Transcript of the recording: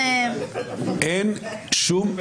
אני מזלזל כי זה מזלזל.